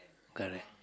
correct